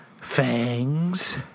fangs